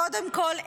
קודם כול,